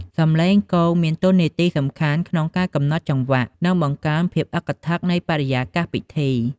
សំឡេងគងមានតួនាទីសំខាន់ណាស់ក្នុងការកំណត់ចង្វាក់ និងបង្កើនភាពអឹកធឹកនៃបរិយាកាសពិធី។